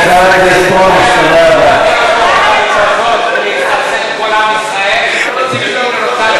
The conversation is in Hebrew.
ציפי לבני עושה את העבודה, איזה בושה.